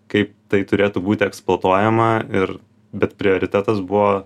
kaip tai turėtų būti eksploatuojama ir bet prioritetas buvo